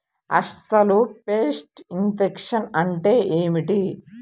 అసలు pest infection అంటే ఏమిటి?